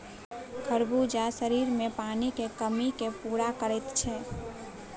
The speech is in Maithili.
खरबूजा शरीरमे पानिक कमीकेँ पूरा करैत छै